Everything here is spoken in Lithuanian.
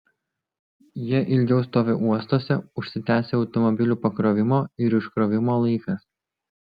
jie ilgiau stovi uostuose užsitęsia automobilių pakrovimo ir iškrovimo laikas